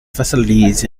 facilities